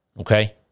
okay